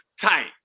tight